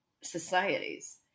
societies